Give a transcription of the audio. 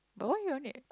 but why you are leave